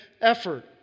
effort